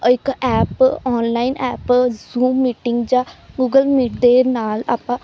ਇੱਕ app online app Zoom meeting ਜਾਂ Google Meet ਦੇ ਨਾਲ ਆਪਾਂ